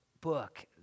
book